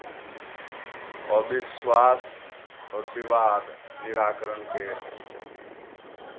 अविश्वास आओर विवाद निराकरणके